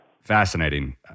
Fascinating